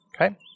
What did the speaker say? okay